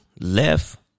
left